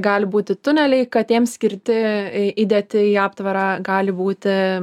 gali būti tuneliai katėms skirti įdėti į aptvarą gali būti